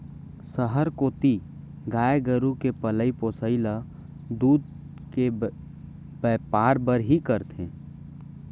सहर कोती गाय गरू के पलई पोसई ल दूद के बैपार बर ही करथे